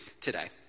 today